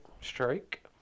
Strike